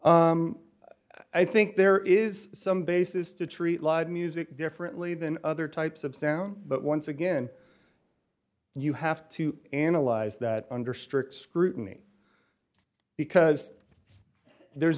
i think there is some basis to treat live music differently than other types of sound but once again you have to analyze that under strict scrutiny because there's